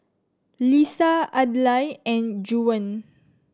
Leesa Adlai and Juwan